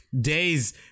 Days